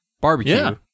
barbecue